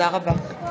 תודה רבה.